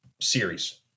series